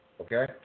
Okay